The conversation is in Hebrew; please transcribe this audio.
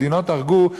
מדינות הרגו,